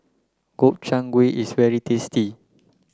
Gobchang Gui is very tasty